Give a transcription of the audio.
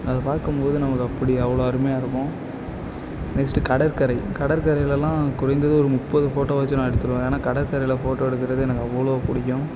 அது பார்க்கும்போது நமக்கு அப்படி அவ்வளோ அருமையாக இருக்கும் நெக்ஸ்ட்டு கடற்கரை கடற்கரையில்லாம் குறைந்தது ஒரு முப்பது ஃபோட்டோவாச்சும் நான் எடுத்துருவேன் ஏன்னா கடற்கரையில் ஃபோட்டோ எடுக்கிறது எனக்கு அவ்வளோ பிடிக்கும்